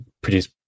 produce